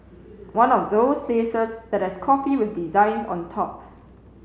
one of those places that has coffee with designs on top